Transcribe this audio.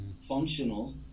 functional